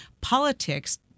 politics